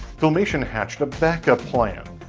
filmation hatched a back up plan.